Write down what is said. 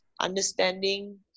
understanding